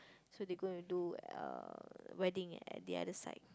so they going to do uh wedding at the other side